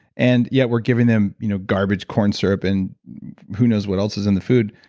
and yeah, we're giving them you know garbage corn syrup and who knows what else is in the food.